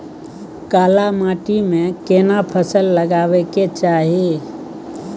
काला माटी में केना फसल लगाबै के चाही?